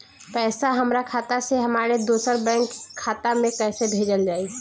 पैसा हमरा खाता से हमारे दोसर बैंक के खाता मे कैसे भेजल जायी?